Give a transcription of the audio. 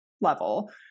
level